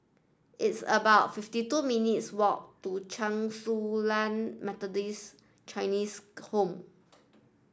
it's about fifty two minutes' walk to Chen Su Lan Methodist Chinese Home